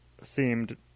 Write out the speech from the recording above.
seemed